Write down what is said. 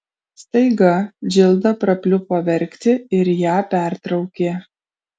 staiga džilda prapliupo verkti ir ją pertraukė